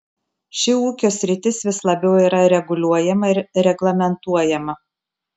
ši ūkio sritis vis labiau yra reguliuojama ir reglamentuojama